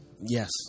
Yes